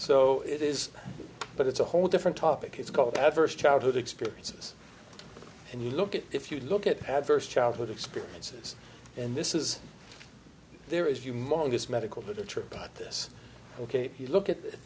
so it is but it's a whole different topic it's called adverse childhood experiences and you look at if you look at had first childhood experiences and this is there is a humongous medical literature about this ok you look at